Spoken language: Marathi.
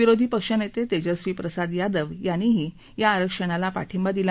विरोधी पक्षनेते तेजस्वी प्रसाद यादव यांनीही या आरक्षणाला पाठिंबा दिला